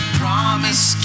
promise